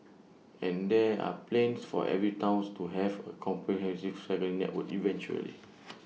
and there are plans for every towns to have A comprehensive cycling network eventually